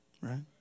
Right